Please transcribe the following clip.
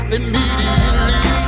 immediately